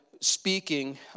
speaking